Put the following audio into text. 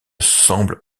semble